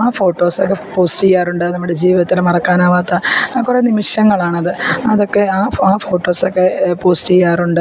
ആ ഫോട്ടോസൊക്കെ പോസ്റ്റ് ചെയ്യാറുണ്ട് നമ്മുടെ ജീവിതത്തിൽ മറക്കാനാകാത്ത കുറേ നിമിഷങ്ങളാണ് അത് അതൊക്കെ ആ ഫോട്ടോസൊക്കെ പോസ്റ്റ് ചെയ്യാറുണ്ട്